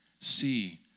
see